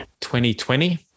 2020